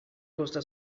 costa